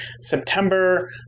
September